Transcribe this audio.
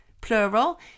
plural